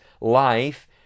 life